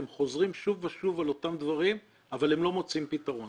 הם חוזרים שוב ושוב על אותם דברים אבל הם לא מוצאים פתרון.